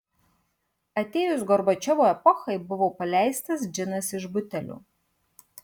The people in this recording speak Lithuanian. atėjus gorbačiovo epochai buvo paleistas džinas iš butelio